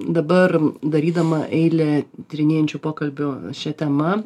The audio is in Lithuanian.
dabar darydama eilę tyrinėjančių pokalbių šia tema